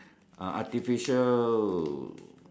uh artificial